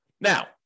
Now